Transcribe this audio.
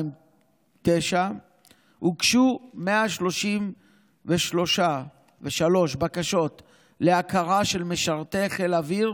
הוגשו 133 בקשות להכרה של משרתי חיל האוויר